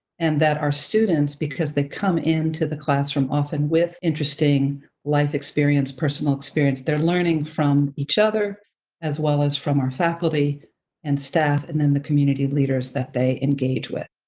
and that are students, because they come into the classroom often with interesting life experience, personal experience, they're learning from each other as well as from our faculty and staff and then the community leaders that they engage with.